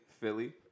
Philly